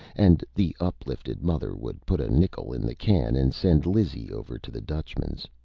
and the uplifted mother would put a nickel in the can and send lizzie over to the dutchman's.